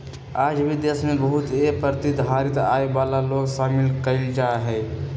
आज भी देश में बहुत ए प्रतिधारित आय वाला लोग शामिल कइल जाहई